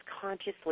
consciously